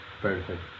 perfect